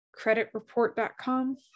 creditreport.com